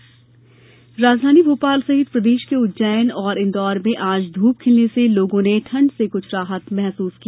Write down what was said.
मौसम राजधानी भोपाल सहित प्रदेश के उज्जैन और इंदौर में आज धूप खिलने से लोगों ने ठंड से कुछ राहत महसूस की